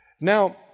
Now